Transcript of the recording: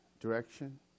direction